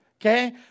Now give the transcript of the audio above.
okay